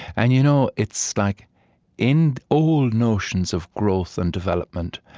and you know it's like in old notions of growth and development,